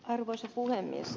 arvoisa puhemies